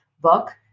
book